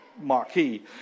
marquee